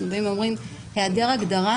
אנחנו אומרים שהיעדר הגדרה,